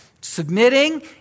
submitting